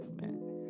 man